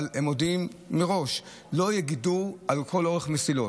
אבל הם מודיעים מראש: לא יהיה גידור לכל אורך המסילות,